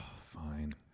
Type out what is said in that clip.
Fine